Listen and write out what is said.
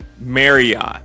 Marriott